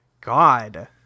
God